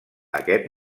aquest